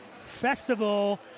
Festival